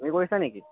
তুমি কৰিছা নেকি